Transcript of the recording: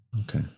Okay